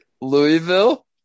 Louisville